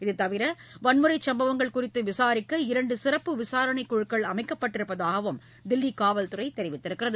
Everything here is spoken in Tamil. இதுதவிர வன்முறை சம்பவங்கள் குறித்து விசாரிக்க இரண்டு சிறப்பு விசாரணைக்குழுக்கள் அமைக்கப்பட்டிருப்பதாக தில்லி காவல்துறை தெரிவித்துள்ளது